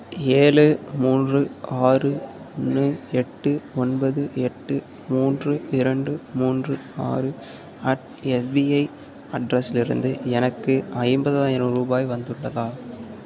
ஏழு மூன்று ஆறு ஒன்று எட்டு ஒன்பது எட்டு மூன்று இரண்டு மூன்று ஆறு அட் எஸ்பிஐ அட்ரஸிலிருந்து எனக்கு ஐம்பதாயிரம் ரூபாய் வந்துள்ளதா